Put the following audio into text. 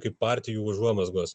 kaip partijų užuomazgos